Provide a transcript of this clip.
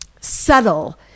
subtle